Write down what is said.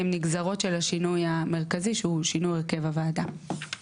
הם נגזרות של השינוי המרכזי שהוא שינוי הרכב הוועדה.